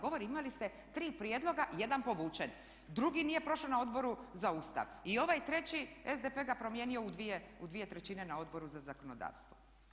Govorim, imali ste tri prijedloga i jedan povučen, drugi nije prošao na Odboru za Ustav i ovaj treći SDP ga promijenio u dvije trećine na Odboru za zakonodavstvo.